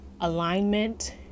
alignment